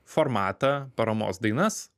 formatą paramos dainas